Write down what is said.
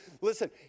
listen